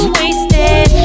wasted